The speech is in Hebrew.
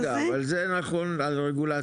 רגע, אבל זה נכון לרגולציה.